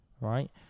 right